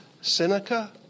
Seneca